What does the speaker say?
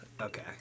Okay